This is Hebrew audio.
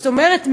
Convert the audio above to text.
זאת אומרת,